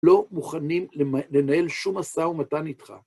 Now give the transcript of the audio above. לא מוכנים לנהל שום מסע ומתן איתך.